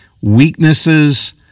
Weaknesses